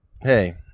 hey